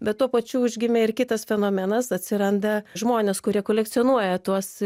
bet tuo pačiu užgimė ir kitas fenomenas atsiranda žmonės kurie kolekcionuoja tuos